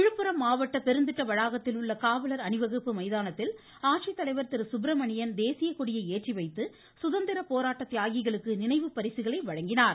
விழுப்புரம் மாவட்ட பெருந்திட்ட வளாகத்தில் உள்ள காவலர் அணிவகுப்பு மைதானத்தில் ஆட்சித்தலைவர் திரு சுப்ரமணியன் தேசிய கொடியை ஏற்றிவைத்து சுதந்திர போராட்ட தியாகிகளுக்கு நினைவு பரிசுகளை வழங்கினார்